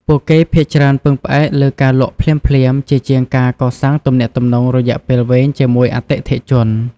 ពួកគេភាគច្រើនពឹងផ្អែកលើការលក់ភ្លាមៗជាជាងការកសាងទំនាក់ទំនងរយៈពេលវែងជាមួយអតិថិជន។